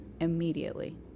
immediately